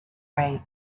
rate